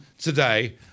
today